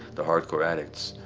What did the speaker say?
the hard-core addicts